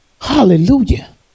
Hallelujah